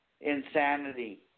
Insanity